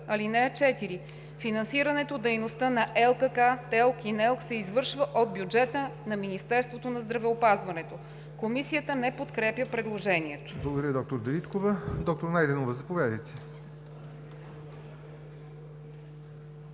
труда. (4) Финансирането дейността на ЛКК, ТЕЛК и НЕЛК се извършва от бюджета на Министерство на здравеопазването.“ Комисията не подкрепя предложението.